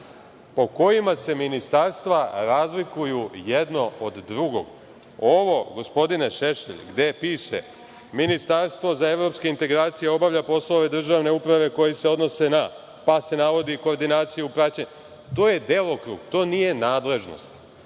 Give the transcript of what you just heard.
po kojima se ministarstva razlikuju jedno od drugih. Ovo, gospodine Šešelj gde piše ministarstvo za evropske integracije obavlja poslove državne uprave koji se odnose na, pa se navodi koordinacije o praćenju, to je delokrug, to nije nadležnost.